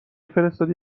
فرستادی